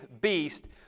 beast